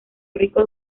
rico